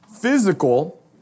physical